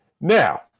Now